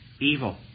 evil